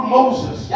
Moses